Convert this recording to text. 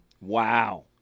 Wow